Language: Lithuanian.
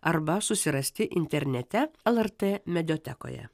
arba susirasti internete lrt mediatekoje